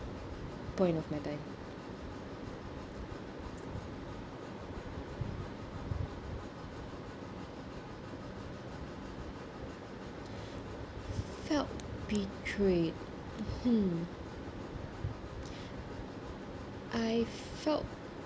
point of my life felt betrayed mmhmm I felt